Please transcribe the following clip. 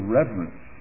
reverence